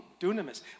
Dunamis